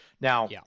Now